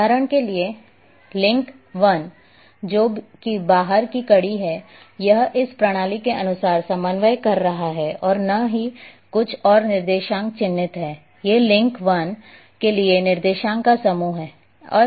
उदाहरण के लिए लिंक 1 जो कि बाहर की कड़ी है यह इस प्रणाली के अनुसार समन्वय कर रहा है और न ही कुछ और निर्देशांक चिह्नित हैं ये लिंक 1 के लिए निर्देशांक का समूह हैं